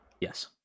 yes